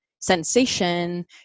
sensation